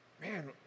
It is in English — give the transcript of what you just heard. man